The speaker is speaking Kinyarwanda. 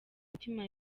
mitima